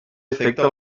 afecta